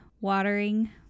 watering